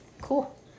Cool